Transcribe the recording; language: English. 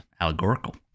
Allegorical